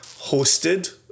hosted